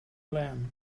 plan